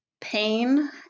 pain